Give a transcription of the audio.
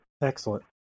Excellent